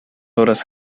obras